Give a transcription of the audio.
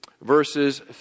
verses